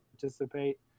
participate